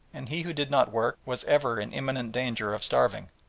and he who did not work was ever in imminent danger of starving.